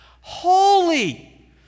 holy